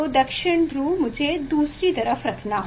दक्षिण ध्रुव मुझे दूसरी तरफ रखना होगा